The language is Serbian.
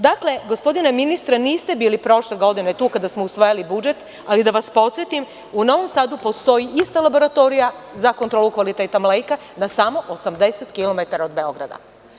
Dakle, gospodine ministre, niste bili prošle godine tu kada smo usvajali budžet, ali da vas podsetim, u Novom Sadu postoji ista laboratorija za kontrolu kvaliteta mleka, na samo 80 kilometara od Beograda.